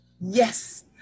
Yes